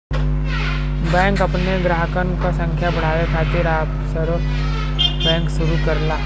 bank अपने ग्राहकन क संख्या बढ़ावे खातिर ऑफशोर बैंक शुरू करला